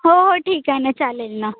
हो हो ठीक आहे ना चालेल ना